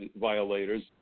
violators